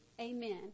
amen